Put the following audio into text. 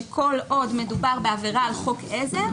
שכל עוד מדובר בעבירה על חוק עזר